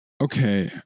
Okay